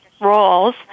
Roles